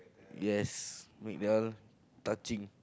yes make they all touching